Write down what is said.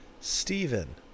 Stephen